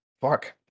fuck